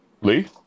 Lee